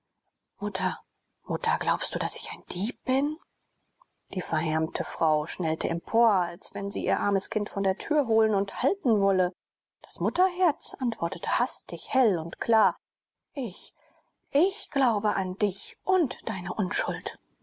mutter mutter glaubst du daß ich ein dieb bin die verhärmte frau schnellte empor als wenn sie ihr armes kind von der tür holen und halten wolle das mutterherz antwortete hastig hell und klar ich ich glaube an dich und deine unschuld